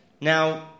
Now